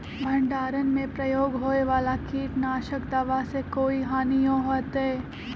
भंडारण में प्रयोग होए वाला किट नाशक दवा से कोई हानियों होतै?